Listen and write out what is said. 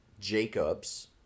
Jacobs